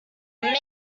man